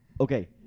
Okay